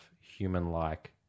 human-like